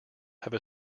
have